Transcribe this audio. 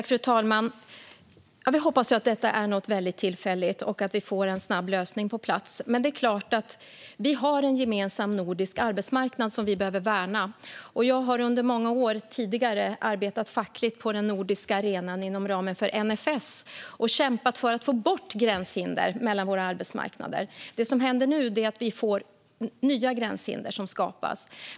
Fru talman! Vi hoppas att detta är något väldigt tillfälligt och att vi får en snabb lösning på plats. Vi har en gemensam nordisk arbetsmarknad som vi behöver värna. Jag har under många år tidigare arbetat fackligt på den nordiska arenan inom ramen för NFS och kämpat för att få bort gränshinder mellan våra arbetsmarknader. Det som händer nu är att nya gränshinder skapas.